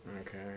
Okay